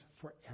forever